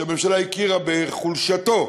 שהממשלה הכירה בחולשתו.